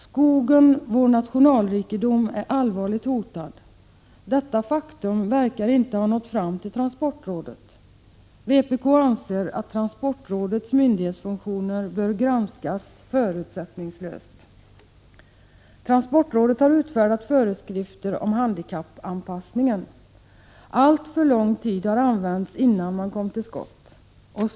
Skogen, vår nationalrikedom, är allvarligt hotad. Detta faktum verkar inte ha nått fram till transportrådet. Vpk anser att transportrådets myndighetsfunktioner bör granskas förutsättningslöst. Transportrådet har utfärdat föreskrifter om handikappanpassningen. Alltför lång tid har använts innan man kom till skott.